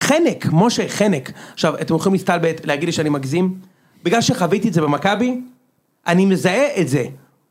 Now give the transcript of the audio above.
חנק, משה, חנק, עכשיו, אתם יכולים להסתלבט להגיד לי שאני מגזים? בגלל שחוויתי את זה במכבי, אני מזהה את זה.